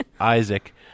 Isaac